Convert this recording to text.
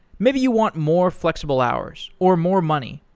maybe you want more flexible hours, or more money,